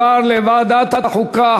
ותועבר לוועדת החוקה,